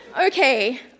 Okay